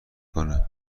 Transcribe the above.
کنه